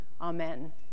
Amen